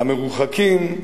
המרוחקים,